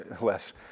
less